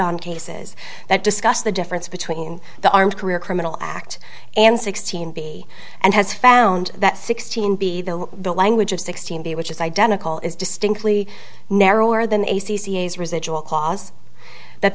on cases that discuss the difference between the armed career criminal act and sixteen b and has found that sixteen b though the language of sixteen b which is identical is distinctly narrower than a c c s residual clause that